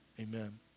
Amen